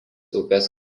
upės